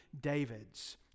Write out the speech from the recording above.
David's